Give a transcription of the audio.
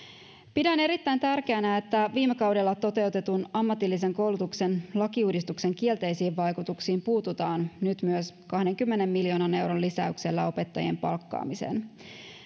pidän erittäin tärkeänä että viime kaudella toteutetun ammatillisen koulutuksen lakiuudistuksen kielteisiin vaikutuksiin puututaan nyt myös kahdenkymmenen miljoonan euron lisäyksellä opettajien palkkaamiseen